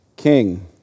king